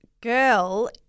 girl